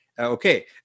Okay